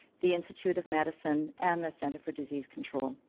the institute of medicine and the centre for disease control.